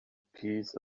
piece